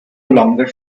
longer